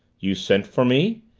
you sent for me?